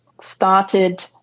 started